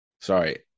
Sorry